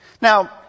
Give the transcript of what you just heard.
Now